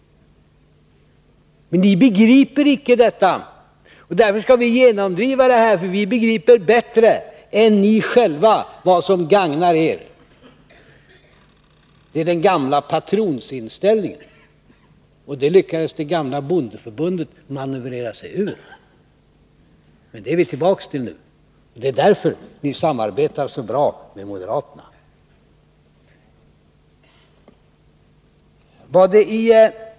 Men ni begriper icke detta, och därför skall vi genomdriva det, för vi begriper bättre än ni själva vad som gagnar er. Det är den gamla patronsinställningen, och den lyckades det gamla bondeförbundet manövrera sig ur. Men nu är vi tillbaka, och det är därför ni samarbetar så bra med moderaterna.